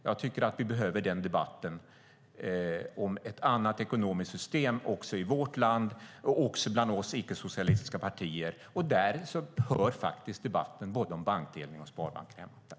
Jag tycker att vi behöver den debatten om ett annat ekonomiskt system också i vårt land och också bland oss icke-socialistiska partier. Där hör debatten både om bankdelning och om sparbanker hemma.